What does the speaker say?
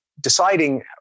deciding